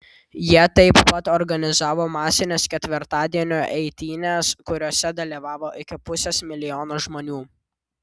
jie taip pat organizavo masines ketvirtadienio eitynes kuriose dalyvavo iki pusės milijono žmonių